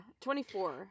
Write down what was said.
24